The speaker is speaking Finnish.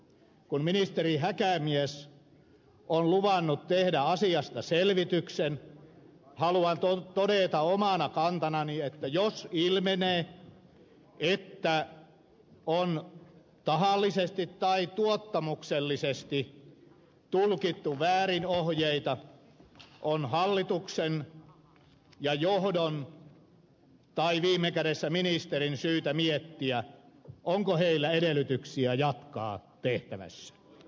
kun ministeri häkämies on luvannut tehdä asiasta selvityksen haluan todeta omana kantanani että jos ilmenee että on tahallisesti tai tuottamuksellisesti tulkittu väärin ohjeita on hallituksen ja johdon tai viime kädessä ministerin syytä miettiä onko heillä edellytyksiä jatkaa tehtävässään